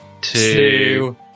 two